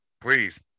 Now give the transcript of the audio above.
please